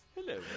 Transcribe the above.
Hello